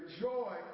joy